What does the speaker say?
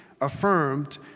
affirmed